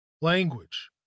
Language